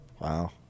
Wow